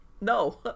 no